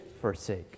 forsake